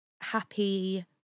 happy